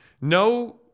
No